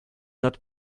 not